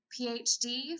PhD